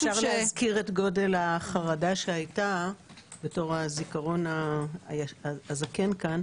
אפשר להזכיר את גודל החרדה שהייתה בזמנו בתור הזיכרון הזקן כאן